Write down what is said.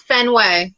Fenway